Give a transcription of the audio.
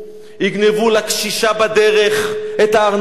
יגנבו לקשישה בדרך את הארנק,